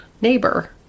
neighbor